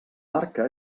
barca